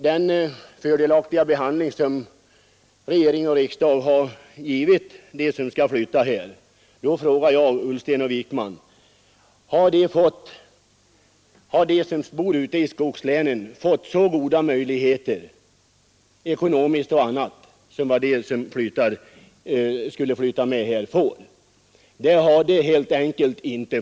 Men om vi ser på regeringens och riksdagens välvilliga behandling av dem som skall flytta i samband med utlokaliseringen, så frågar jag herrar Ullsten och Wijkman: Har de människor som bor ute i skogslänen fått lika goda ekonomiska och andra möjligheter som de människor får, vilka skall flytta med verken i detta fall? Nej, det har de inte.